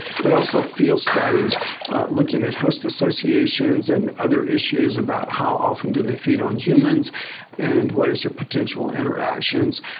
but also field studies looking at host associations and other issues about how often do they feed on humans and what is your potential interactions,